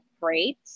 great